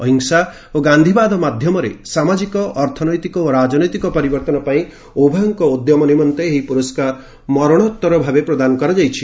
ଅହିଂସା ଓ ଗାନ୍ଧିବାଦ ମାଧ୍ୟମରେ ସାମାଜିକ ଅର୍ଥନୈତିକ ଓ ରାଜନୈତିକ ପରିବର୍ତ୍ତନ ପାଇଁ ଉଭୟଙ୍କ ଉଦ୍ୟମ ନିମନ୍ତେ ଏହି ପୁରସ୍କାର ମରଣୋତ୍ତର ଭାବେ ପ୍ରଦାନ କରାଯାଇଛି